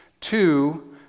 Two